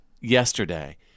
yesterday